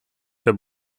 der